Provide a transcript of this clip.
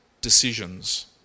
decisions